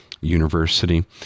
University